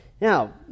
Now